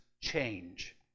change